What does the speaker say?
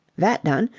that done,